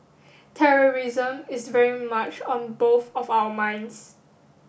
terrorism is very much on both of our minds